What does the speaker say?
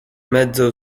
mezzo